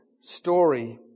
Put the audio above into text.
story